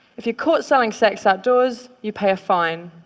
if you're caught selling sex outdoors, you pay a fine.